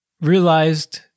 realized